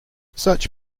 such